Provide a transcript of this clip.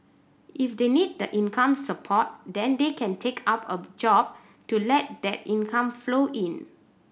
if they need the income support then they can take up a job to let that income flow in